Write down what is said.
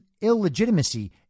illegitimacy